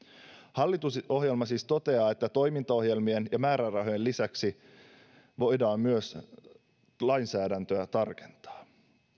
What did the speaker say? hallitusohjelma siis toteaa että toimintaohjelmien ja määrärahojen lisäksi voidaan myös lainsäädäntöä tarkentaa